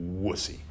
wussy